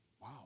wow